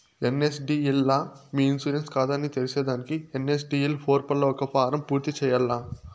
NSDL లా మీ insurance కాతాని తెర్సేదానికి ఎన్.ఎస్.డి.ఎల్ పోర్పల్ల ఒక ఫారం పూర్తి చేయాల్ల